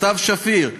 סתיו שפיר,